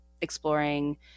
exploring